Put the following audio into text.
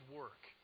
work